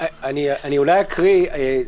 אני אולי אקריא,